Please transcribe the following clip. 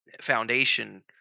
foundation